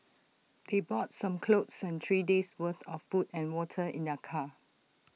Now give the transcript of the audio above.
they bought some clothes and three days' worth of food and water in their car